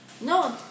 no